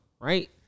right